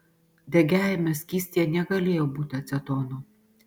degiajame skystyje negalėjo būti acetono